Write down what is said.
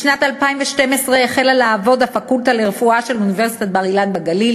בשנת 2012 החלה לעבוד הפקולטה לרפואה של אוניברסיטת בר-אילן בגליל,